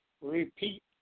repeat